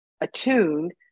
attuned